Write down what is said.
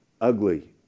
ugly